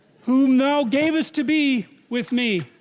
whom? thou gave us to be with me